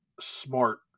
smart